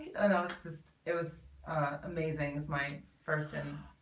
and no it's just it was amazing as my person.